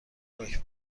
لاک